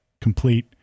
complete